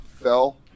fell